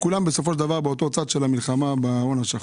בסופו של דבר כולם באותו צד של המלחמה בהון השחור.